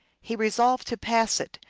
he resolved to pass it,